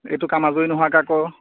এইটো কাম আজৰি নোহোৱাকৈ আকৌ